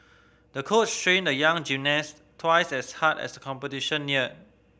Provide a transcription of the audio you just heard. the coach trained the young gymnast twice as hard as competition neared